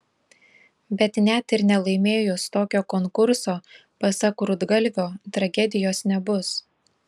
bet net ir nelaimėjus tokio konkurso pasak rudgalvio tragedijos nebus